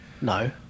No